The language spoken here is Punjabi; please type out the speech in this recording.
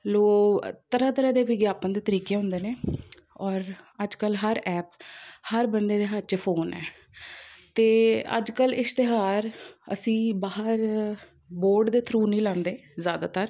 ਲੋ ਤਰ੍ਹਾਂ ਤਰ੍ਹਾਂ ਦੇ ਵਿਗਿਆਪਨ ਦੇ ਤਰੀਕੇ ਹੁੰਦੇ ਨੇ ਔਰ ਅੱਜ ਕੱਲ੍ਹ ਹਰ ਐਪ ਹਰ ਬੰਦੇ ਦੇ ਹੱਥ 'ਚ ਫੋਨ ਹੈ ਅਤੇ ਅੱਜ ਕੱਲ੍ਹ ਇਸ਼ਤਿਹਾਰ ਅਸੀਂ ਬਾਹਰ ਬੋਰਡ ਦੇ ਥਰੂ ਨਹੀਂ ਲਾਉਂਦੇ ਜ਼ਿਆਦਾਤਰ